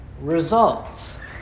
results